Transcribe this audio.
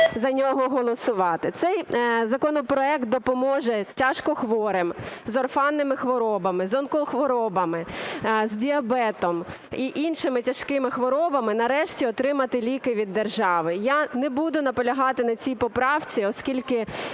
за нього голосувати. Цей законопроект допоможе тяжкохворим, з орфанними хворобами, з онкохворобами, з діабетом і іншими тяжкими хворобами нарешті отримати ліки від держави. Я не буду наполягати на цій поправці, оскільки